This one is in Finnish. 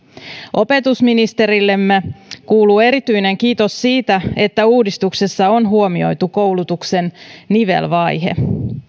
opetusministerillemme kuuluu erityinen kiitos siitä että uudistuksessa on huomioitu koulutuksen nivelvaihe